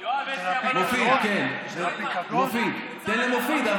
תן למופיד.